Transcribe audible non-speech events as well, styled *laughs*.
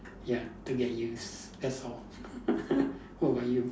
ya to get use that's all *laughs* what about you